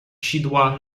sidła